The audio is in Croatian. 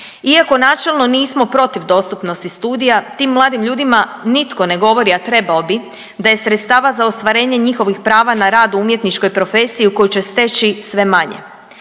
iako načelno nismo protiv dostupnosti studija tim mladim ljudima nitko ne govori, a trebao bi, da je sredstava za ostvarenje njihovih prava na rad u umjetničkoj profesiji koju će steći sve manje